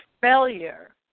failure